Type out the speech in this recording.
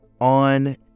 on